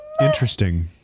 Interesting